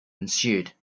ensued